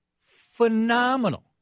phenomenal